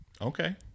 Okay